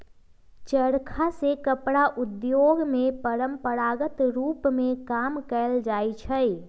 चरखा से कपड़ा उद्योग में परंपरागत रूप में काम कएल जाइ छै